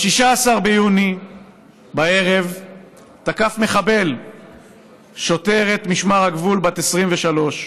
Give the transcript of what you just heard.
ב-16 ביוני בערב תקף מחבל שוטרת משמר הגבול בת 23,